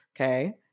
Okay